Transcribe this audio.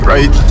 Right